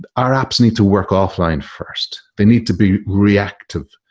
but our apps need to work offline first. they need to be reactive.